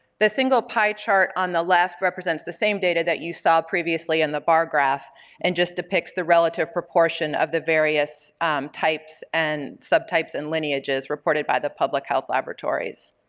the single pie chart on the left represents the same data that you saw previously in the bar graph and just depicts the relative proportion of the various types and subtypes and lineages reported by the public health laboratories.